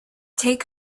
take